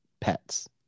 pets